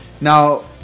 Now